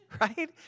right